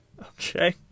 Okay